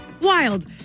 Wild